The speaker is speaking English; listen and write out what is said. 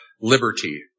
liberty